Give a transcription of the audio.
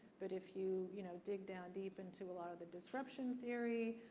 but if you you know dig down deep into a lot of the disruption theory,